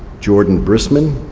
jordan brisman,